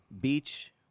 beach